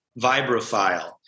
Vibrofile